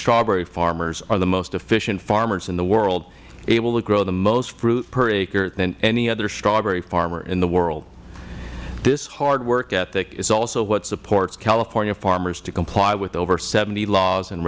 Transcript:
strawberry farmers are the most efficient farmers in the world able to grow the most fruit per acre than any other strawberry farmer in the world this hard work ethic is also what supports california farmers to comply with over seventy laws and